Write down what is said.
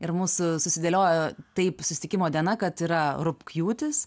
ir mūsų susidėliojo taip susitikimo diena kad yra rugpjūtis